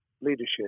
leadership